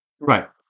Right